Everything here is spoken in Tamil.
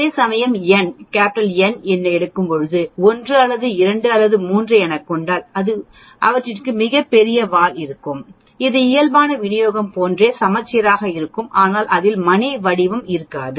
அதேசமயம் நான் N ஐ எடுக்கும்போது 1 அல்லது 2 அல்லது 3 என கொண்டாள் அவற்றுக்கு மிகப்பெரிய வால் பகுதி இருக்கும் அது இயல்பான வினியோகம் போன்றே சமச்சீராக இருக்கும் ஆனால் அதில் மணி வடிவம் இருக்காது